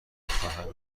افتاده